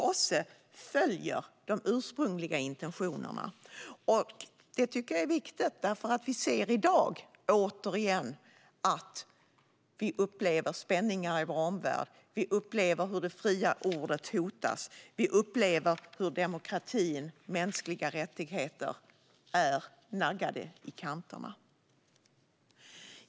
OSSE följer de ursprungliga intentionerna, och det tycker jag är viktigt. Vi upplever i dag återigen spänningar i vår omvärld. Vi upplever hur det fria ordet hotas. Vi upplever hur demokratin och de mänskliga rättigheterna är naggade i kanterna.